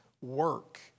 work